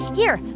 here.